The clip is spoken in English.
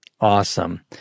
Awesome